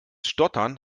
stottern